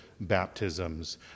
baptisms